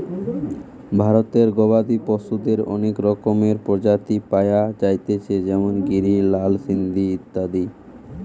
ভারতে গবাদি পশুদের অনেক রকমের প্রজাতি পায়া যাইতেছে যেমন গিরি, লাল সিন্ধি ইত্যাদি